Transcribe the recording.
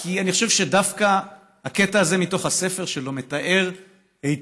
כי אני חושב שדווקא הקטע הזה מתוך הספר שלו מתאר היטב